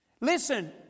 Listen